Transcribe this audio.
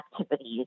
activities